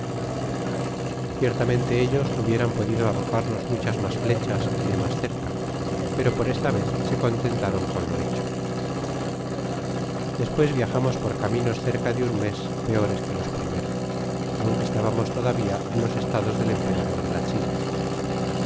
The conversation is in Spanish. ciertamente ellos hubieran podido arrojarnos muchas mas flechas y de mas cerca pero por esta vez se contentaron con lo hecho despues viajamos por caminos cerca de un mes peores que los primeros aunque estabamos todavía en los estados del emperador de la china